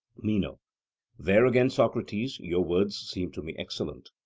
meno there again, socrates, your words seem to me excellent.